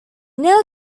now